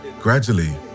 gradually